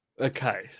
Okay